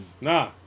Nah